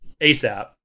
ASAP